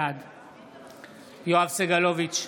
בעד יואב סגלוביץ'